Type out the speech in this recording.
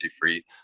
free